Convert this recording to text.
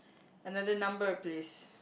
another number please